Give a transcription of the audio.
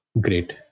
great